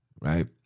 right